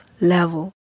level